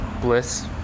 bliss